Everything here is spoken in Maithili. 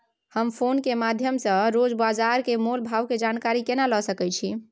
हम फोन के माध्यम सो रोज बाजार के मोल भाव के जानकारी केना लिए सके छी?